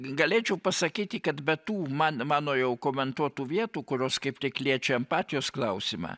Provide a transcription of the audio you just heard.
galėčiau pasakyti kad be tų man mano jau komentuotų vietų kurios kaip tik liečia empatijos klausimą